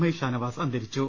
I Shanavas അന്തരിച്ചു